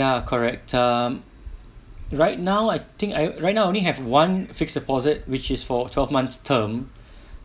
ya correct um right now I think I right now I only have one fixed deposit which is for twelve months term